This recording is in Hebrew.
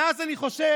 ואז אני חושב,